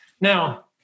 Now